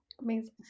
Amazing